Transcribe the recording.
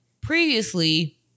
previously